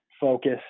Focus –